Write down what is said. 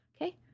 Okay